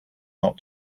not